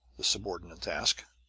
the subordinate asked.